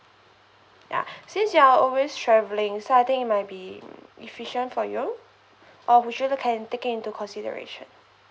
ya since you're always traveling so I think it might be efficient for you um would you look can take it into consideration